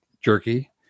jerky